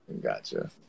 Gotcha